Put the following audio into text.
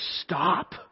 Stop